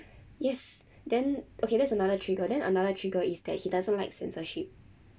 yes then okay that's another trigger then another trigger is that he doesn't like censorship